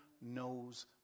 knows